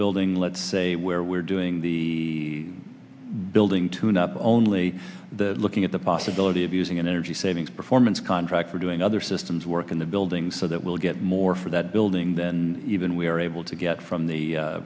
building let's say where we are doing the building to not only the looking at the possibility of using an energy savings performance contract or doing other systems work in the building so that we'll get more for that building even we are able to get from the